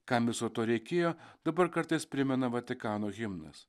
kam viso to reikėjo dabar kartais primena vatikano himnas